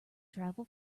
travel